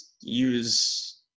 use